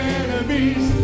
enemies